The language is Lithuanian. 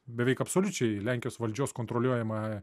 beveik absoliučiai lenkijos valdžios kontroliuojama